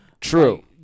True